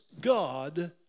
God